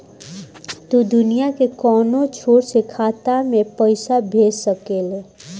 तू दुनिया के कौनो छोर से खाता में पईसा भेज सकेल